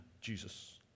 Jesus